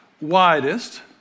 widest